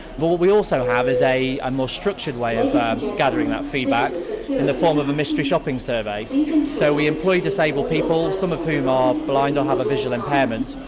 but what we also have is a more structured way of gathering that feedback in the form of a mystery shopping survey. so, we employ disabled people some of whom are um blind or have a visual impairment,